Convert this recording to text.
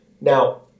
Now